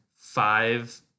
Five